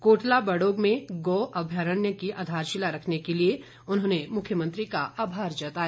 कोटला बड़ोग में गौ अभ्यारण्य की आधारशिला रखने के लिए उन्होंने मुख्यमंत्री का आभार जताया